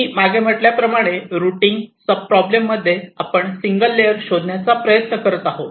मी मागे म्हटल्याप्रमाणे routing sub problem मध्ये आपण सिंगल लेयर शोधण्याचा प्रयत्न करत आहोत